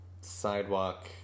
sidewalk